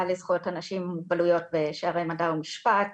לזכויות אנשים עם מוגבלויות בשערי מדע ומשפט,